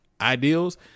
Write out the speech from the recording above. ideals